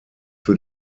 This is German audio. für